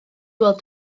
weld